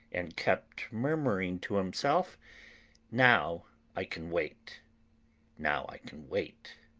and kept murmuring to himself now i can wait now i can wait.